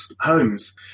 homes